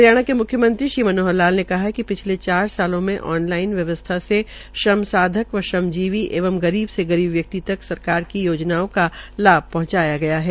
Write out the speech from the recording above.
हरियाणा के म्ख्यमंत्री श्री मनोहर लाल ने कहा है कि पिछले चार सालों से ऑन लाइन व्यवस्था से श्रम साधक व श्रमजीवी एंव गरीब से गरीब व्यक्ति तक सरकार की योजनाओं का लाभ पहंचाया गया है